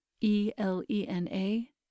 E-L-E-N-A